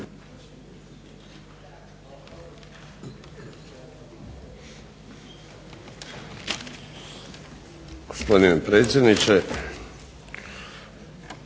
Hvala vam